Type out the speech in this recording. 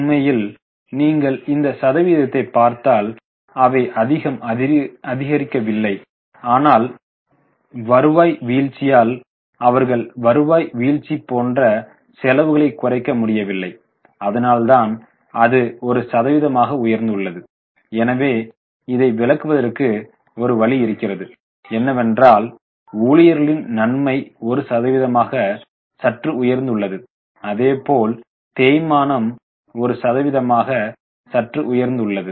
உண்மையில் நீங்கள் இந்த சதவிகிதத்தை பார்த்தால் அவை அதிகம் அதிகரிக்கவில்லை ஆனால் வருவாய் வீழ்ச்சியால் அவர்கள் வருவாய் வீழ்ச்சி போன்ற செலவுகளை குறைக்க முடியவில்லை அதனால்தான் அது ஒரு சதவீதமாக உயர்ந்துள்ளது எனவே இதை விளக்குவதற்கு ஒரு வழி என்னவென்றால் ஊழியர்களின் நன்மை ஒரு சதவீதமாக சற்று உயர்ந்துள்ளது அதேபோல் தேய்மானம் ஒரு சதவீதமாக சற்று உயர்ந்துள்ளது